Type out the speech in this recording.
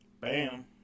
Bam